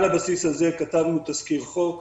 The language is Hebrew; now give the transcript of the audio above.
על הבסיס הזה כתבנו תזכיר חוק.